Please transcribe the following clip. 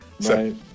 Right